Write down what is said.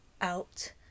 out